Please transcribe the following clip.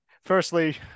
firstly